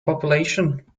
population